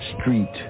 street